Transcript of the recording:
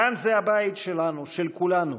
כאן זה הבית שלנו, של כולנו.